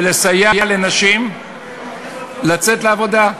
ולסייע לנשים לצאת לעבודה.